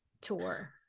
tour